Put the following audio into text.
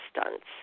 stunts